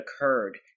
occurred